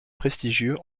prestigieux